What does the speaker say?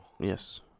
Yes